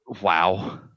wow